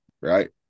Right